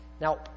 Now